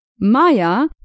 maya